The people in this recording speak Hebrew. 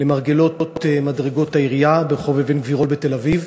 למרגלות מדרגות העירייה ברחוב אבן-גבירול בתל-אביב,